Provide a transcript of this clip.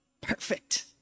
perfect